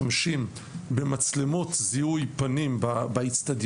האם היום אתם יודעים ומשתמשים במצלמות זיהוי פנים באצטדיונים,